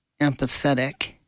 empathetic